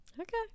Okay